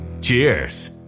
Cheers